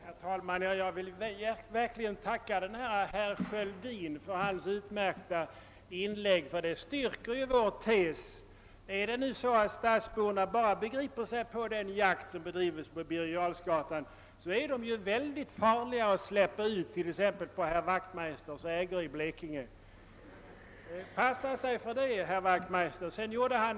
Herr talman! Jag vill verkligen tacka herr Sköldin för hans utmärkta yttrande. Det styrker ju vår tes. är det nu så att stadsborna bara begriper sig på den jakt som bedrivs på Birger Jarlsgatan, är de väldigt farliga att släppa ut på t.ex. herr Wachtmeisters ägor i Blekinge. Herr Wachtmeister bör nog akta sig för det.